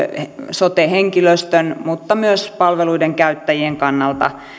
sote henkilöstön kuin myös palveluiden käyttäjien kannalta